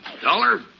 Dollar